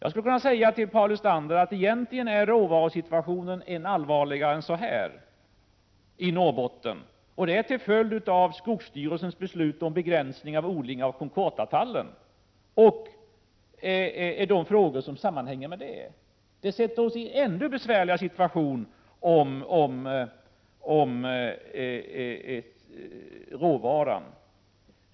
Egentligen är råvarusituationen i Norrbotten, Paul Lestander, ännu allvarligare än som framgått här — till följd av skogsstyrelsens beslut om en begränsning av odlingen av contortatallen och annat som sammanhänger därmed. Detta försätter oss i en ännu besvärligare situation när det gäller råvaran.